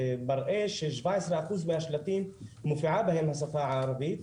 מראה ששבע עשרה אחוז מהשלטים מופיעה בהם השפה הערבית,